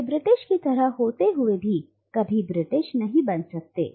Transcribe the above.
और वे ब्रिटिश की तरह होते हुए भी कभी ब्रिटिश नहीं बन सकते